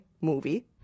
movie